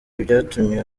byatumye